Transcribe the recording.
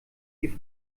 die